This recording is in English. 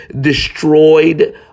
destroyed